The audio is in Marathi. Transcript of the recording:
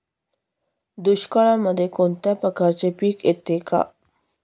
दुष्काळामध्ये कोणत्या प्रकारचे पीक येते का?